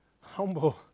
humble